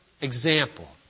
example